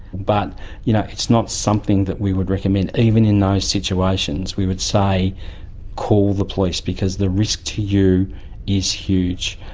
but you know it's not something that we would recommend. even in those situations we would say call the police, because the risk to you is huge.